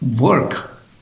work